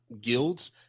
guilds